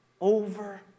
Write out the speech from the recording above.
over